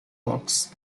walks